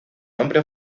nombre